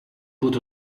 put